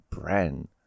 brand